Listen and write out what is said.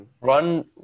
Run